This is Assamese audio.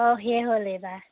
অঁ সেই হ'ল এইবাৰ